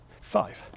Five